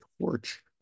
torch